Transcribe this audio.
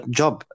job